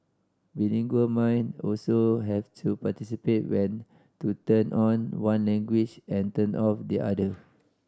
bilingual mind also have to participate when to turn on one language and turn off the other